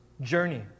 journey